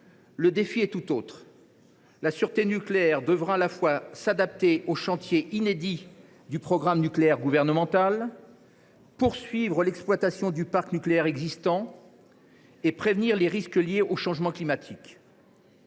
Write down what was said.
le défi est tout autre : la sûreté nucléaire devra à la fois s’adapter au chantier inédit du programme nucléaire gouvernemental, poursuivre l’exploitation du parc nucléaire existant et prévenir les risques liés au changement climatique.